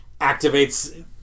activates